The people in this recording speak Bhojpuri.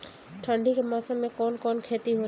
ठंडी के मौसम में कवन कवन खेती होला?